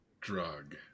drug